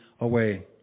away